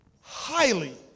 highly